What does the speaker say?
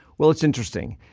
well, it's interesting.